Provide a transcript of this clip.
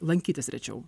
lankytis rečiau